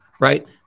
right